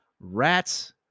rat's